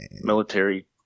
military